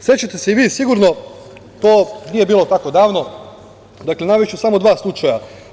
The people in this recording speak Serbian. Sećate se i vi, sigurno, to nije bilo tako davno, navešću samo dva slučaja.